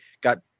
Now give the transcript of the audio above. got